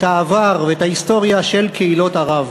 את העבר ואת ההיסטוריה של קהילות ערב.